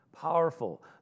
powerful